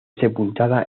sepultada